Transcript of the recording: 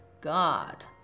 God